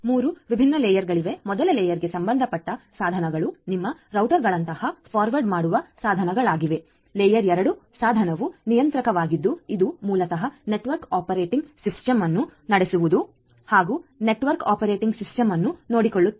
3 ವಿಭಿನ್ನ ಲೇಯರ್ಗಳಿವೆಮೊದಲ ಲೇಯರ್ ಗೆ ಸಂಬಂಧಪಟ್ಟ ಸಾಧನಗಳು ನಿಮ್ಮ ರೂಟರ್ಗಳಂತಹ ಫಾರ್ವರ್ಡ್ ಮಾಡುವ ಸಾಧನಗಳಾಗಿವೆ ಲೇಯರ್ 2 ಸಾಧನವು ನಿಯಂತ್ರಕವಾಗಿದ್ದು ಇದು ಮೂಲತಃ ನೆಟ್ವರ್ಕ್ ಆಪರೇಟಿಂಗ್ ಸಿಸ್ಟಮ್ ಅನ್ನು ನಡೆಸುವ ನೆಟ್ವರ್ಕ್ ಆಪರೇಟಿಂಗ್ ಸಿಸ್ಟಮ್ ಅನ್ನು ನೋಡಿಕೊಳ್ಳುತ್ತದೆ